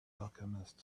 alchemist